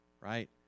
right